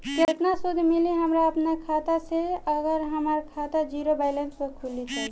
केतना सूद मिली हमरा अपना खाता से अगर हमार खाता ज़ीरो बैलेंस से खुली तब?